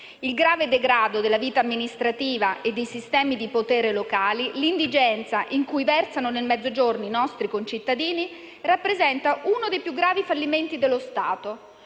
Il grave degrado della vita amministrativa e i sistemi di poteri locali, l'indigenza in cui versano nel Mezzogiorno i nostri concittadini rappresentano uno dei più gravi fallimenti dello Stato,